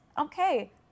Okay